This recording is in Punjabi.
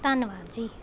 ਧੰਨਵਾਦ ਜੀ